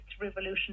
revolution